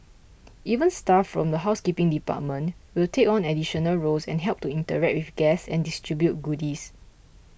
even staff from the housekeeping department will take on additional roles and help to interact with guests and distribute goodies